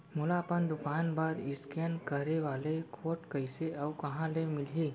मोला अपन दुकान बर इसकेन करे वाले कोड कइसे अऊ कहाँ ले मिलही?